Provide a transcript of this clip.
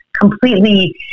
completely